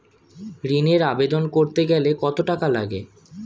ঋণের আবেদন করতে গেলে কত টাকা লাগে?